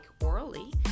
orally